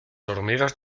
hormigas